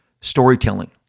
storytelling